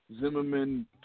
Zimmerman